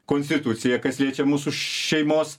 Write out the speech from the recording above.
konstitucija kas liečia mūsų šeimos